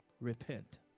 Repent